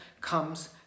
comes